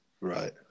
Right